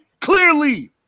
Clearly